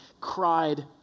cried